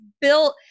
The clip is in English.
built